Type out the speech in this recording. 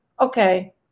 Okay